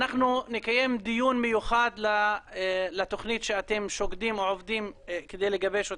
אנחנו נקיים דיון מיוחד לתכנית שאתם שוקדים או עובדים כדי לגבש אותה.